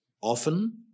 Often